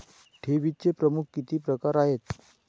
ठेवीचे प्रमुख किती प्रकार आहेत?